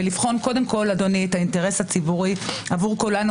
ולבחון את האינטרס הציבורי עבור כולנו,